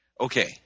Okay